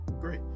Great